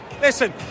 listen